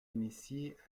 initiée